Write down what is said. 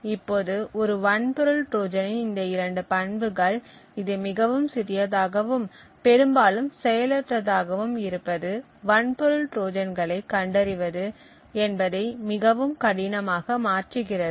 இப்போது ஒரு வன்பொருள் ட்ரோஜனின் இந்த இரண்டு பண்புகள் இது மிகவும் சிறியதாகவும் பெரும்பாலும் செயலற்றதாகவும் இருப்பது வன்பொருள் ட்ரோஜான்களை கண்டறிவது என்பதை மிகவும் கடினமாக மாற்றுகிறது